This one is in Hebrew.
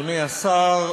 אדוני השר,